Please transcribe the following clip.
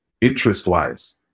interest-wise